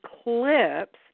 eclipse